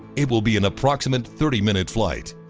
it will be an approximate thirty-minute flight.